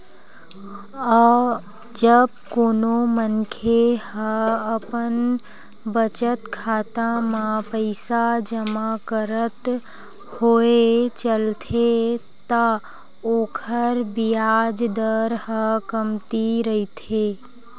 जब कोनो मनखे ह अपन बचत खाता म पइसा जमा करत होय चलथे त ओखर बियाज दर ह कमती रहिथे